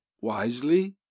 wisely